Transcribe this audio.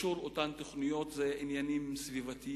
באישור אותן תוכניות היו בעניינים סביבתיים,